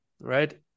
right